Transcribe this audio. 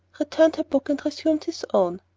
returned her book and resumed his own.